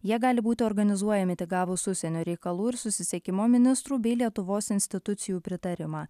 jie gali būti organizuojami tik gavus užsienio reikalų ir susisiekimo ministrų bei lietuvos institucijų pritarimą